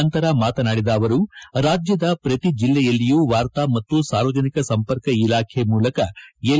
ನಂತರ ಮಾತನಾಡಿದ ಅವರು ರಾಜ್ಯದ ಪ್ರತಿ ಜಿಲ್ಲೆಯಲ್ಲಿಯೂ ವಾರ್ತಾ ಮತ್ತು ಸಾರ್ವಜನಿಕ ಸಂಪರ್ಕ ಇಲಾಖೆ ಮೂಲಕ ಎಲ್